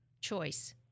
choice